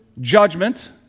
judgment